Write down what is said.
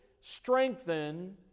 strengthen